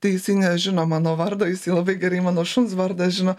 tai jisai nežino mano vardo jis labai gerai mano šuns vardą žino